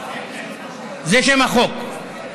זה שם החוק.